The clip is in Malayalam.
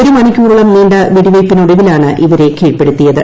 ഒരു മണിക്കൂറോളം നീണ്ട വെടിവയ്പ്പിനൊടുവിലാണ് ഇവരെ കീഴ്പ്പെടുത്തിയത്